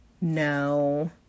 no